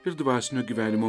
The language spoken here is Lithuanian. ir dvasinio gyvenimo